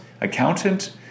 accountant